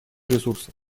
ресурсов